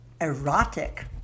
erotic